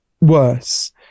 worse